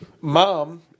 mom